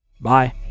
Bye